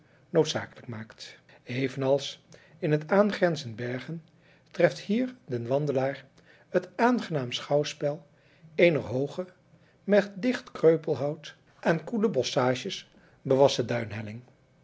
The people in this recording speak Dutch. noodzakelijk maakt evenals in het aangrenzend bergen treft hier den wandelaar het aangenaam schouwspel eener hooge met dicht kreupelhout en koele bosschages bewassen duinhelling